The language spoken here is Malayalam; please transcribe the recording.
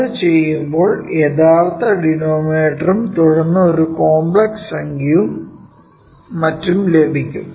അത് ചെയ്യുമ്പോൾ യഥാർത്ഥ ഡിനോമിനേറ്ററും തുടർന്ന് ഒരു കോംപ്ലക്സ് സംഖ്യയും മറ്റും ലഭിക്കും